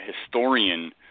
historian